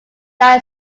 line